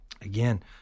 again